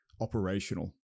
operational